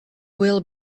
will